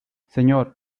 señor